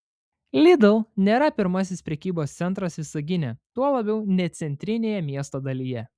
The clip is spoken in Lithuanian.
lidl nėra pirmasis prekybos centras visagine tuo labiau ne centrinėje miesto dalyje